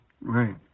Right